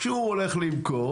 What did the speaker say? כשהוא הולך למכור,